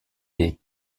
née